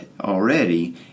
already